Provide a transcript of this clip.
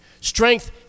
Strength